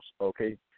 okay